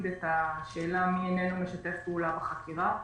את השאלה מי איננו משתף פעולה בחקירה,